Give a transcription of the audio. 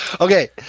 Okay